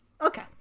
Okay